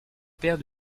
père